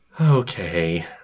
Okay